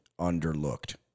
underlooked